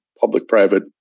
public-private